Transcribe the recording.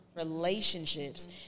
relationships